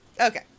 Okay